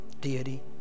deity